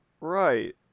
Right